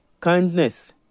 kindness